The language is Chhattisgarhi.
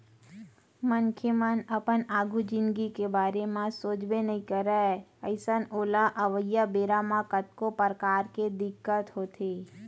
मनखे मन अपन आघु जिनगी के बारे म सोचबे नइ करय अइसन ओला अवइया बेरा म कतको परकार के दिक्कत होथे